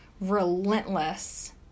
relentless